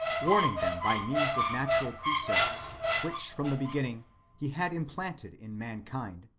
warning them by means of natural precepts, which from the beginning he had implanted in mankind,